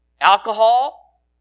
Alcohol